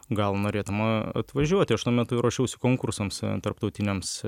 gal norėtum atvažiuoti aš tuo metu ruošiaus konkursams tarptautiniams